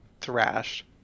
thrashed